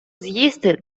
з’їсти